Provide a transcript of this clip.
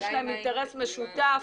יש להם אינטרס משותף.